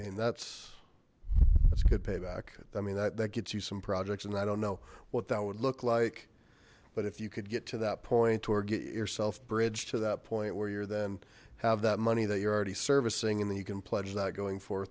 yeah that's that's good payback i mean that gets you some projects and i don't know what that would look like but if you could get to that point or get yourself bridge to that point where you're then have that money that you're already servicing and you can pledge that going for